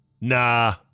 Nah